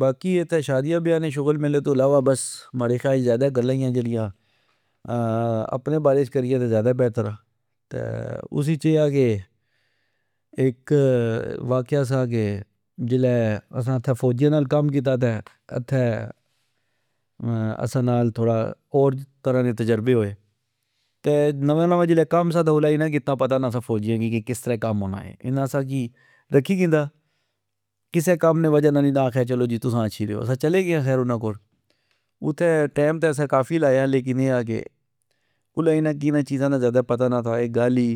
باقی اتھہ شادیا بیا نے شغل میلے تو علاسہ بس ماڑے خیال اچ ذئدہ گلاں یا جیڑیا اپنے بارے اچ کریہ تہ زئدا بہتر آ۔ اس اچ اے آ کہ اک واقیا سا کہ جلہ اسا اتھہ فوجیا نال کم کیتا تہ اتہ اسا نال تھوڑا اور طرع نے تجربے ہوئے۔ تہ نوا نوا جسلہ کم سا تہ الہ انا کی اتنانا پتا سا کہ کسرہ کم ہونا اے ۔انا اسا کی رکھی کندا کسہ کم نے وجہ نال اسا کی آکھیا کہ تسا اچھی ریو اسا چلے گئے آ خیر انا کول اتھہ ٹئم تہ اسا کافی لایا لیکن اے آ کہ الہ انا کی انا چیزا نا ذئدہ پتا نا سا اے گل ای